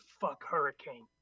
fuck-hurricane